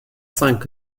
cinq